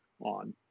on